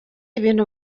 ibintu